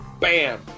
bam